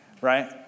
right